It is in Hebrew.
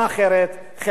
חברה אחרת,